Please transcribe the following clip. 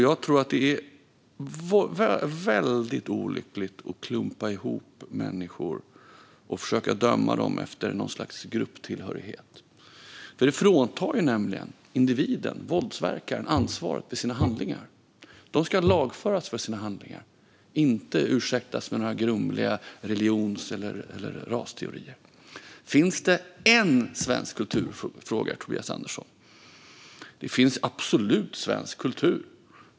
Jag tror att det är väldigt olyckligt att klumpa ihop människor och döma dem efter någon grupptillhörighet. Det fråntar nämligen individen, våldsverkaren, ansvaret för dennes handlingar. Man ska lagföras för sina handlingar, inte ursäktas med grumliga religions eller rasteorier. Finns det en svensk kultur, frågar Tobias Andersson. Det finns absolut svensk kultur.